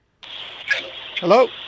Hello